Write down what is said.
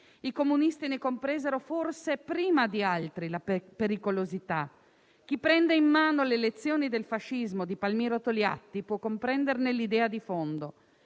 I comunisti ne compresero forse prima di altri la pericolosità. Chi prende in mano le «Lezioni sul fascismo» di Palmiro Togliatti può comprenderne l'idea di fondo: